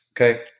Okay